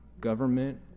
government